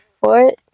foot